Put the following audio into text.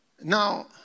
Now